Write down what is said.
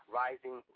rising